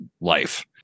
life